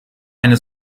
eine